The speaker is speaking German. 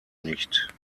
nicht